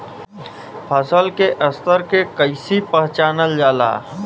फसल के स्तर के कइसी पहचानल जाला